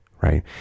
right